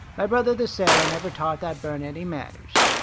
my brother the sailor never taught that bird any manners.